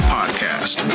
Podcast